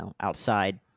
outside